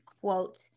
quote